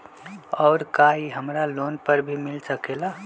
और का इ हमरा लोन पर भी मिल सकेला?